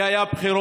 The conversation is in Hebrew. כי היו בחירות.